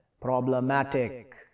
problematic